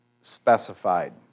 specified